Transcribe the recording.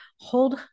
hold